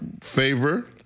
favor